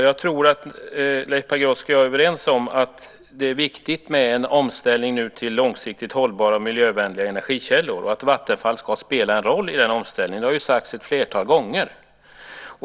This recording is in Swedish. Jag tror att Leif Pagrotsky och jag är överens om att det nu är viktigt med en omställning till långsiktigt hållbara, miljövänliga energikällor och att Vattenfall ska spela en roll i den omställningen. Det har ju sagts ett antal gånger.